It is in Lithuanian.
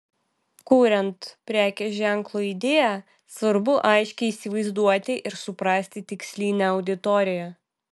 kuriant prekės ženklo idėją svarbu aiškiai įsivaizduoti ir suprasti tikslinę auditoriją